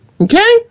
Okay